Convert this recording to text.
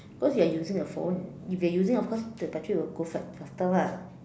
cause you're using your phone if you're using of course the battery will go fa~ faster lah